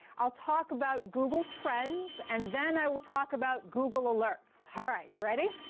i'll talk about google trends. and then i will talk about google alerts. all right. you ready?